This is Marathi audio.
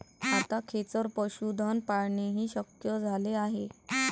आता खेचर पशुधन पाळणेही शक्य झाले आहे